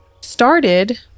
started